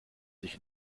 sich